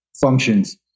functions